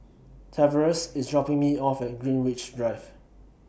Tavares IS dropping Me off At Greenwich Drive